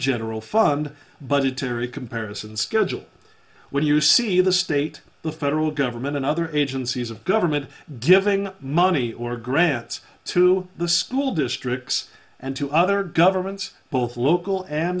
general fund budgetary comparison schedule when you see the state the federal government and other agencies of government devoting money or grants to the school districts and to other governments both local and